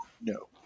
No